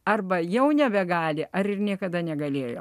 arba jau nebegali ar ir niekada negalėjo